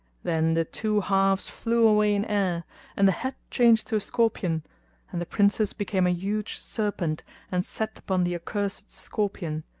then the two halves flew away in air and the head changed to a scorpion and the princess became a huge serpent and set upon the accursed scorpion,